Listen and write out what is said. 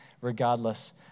regardless